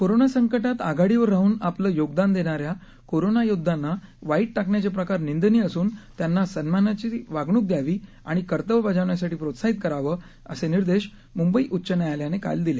corona संकटात आघाडीवर राहन आपलं योगदान देणा या कोरोना योद्ध्यांना वाळीत टाकण्याचे प्रकार निंदनीय असून त्यांना सन्मानाची वागणू द्यावी आणि कर्तव्य बजावण्यासाठी प्रोत्साहित करावं असे निर्देश मुंबई उच्च न्यायालयानं काल दिले